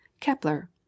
Kepler